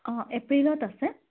অঁ এপ্ৰিলত আছে